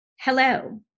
Hello